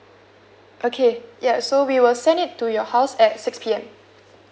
okay ya so we will send it to your house at six P_M